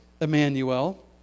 Emmanuel